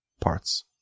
parts